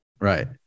Right